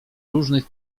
różnych